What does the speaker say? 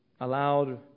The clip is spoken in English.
allowed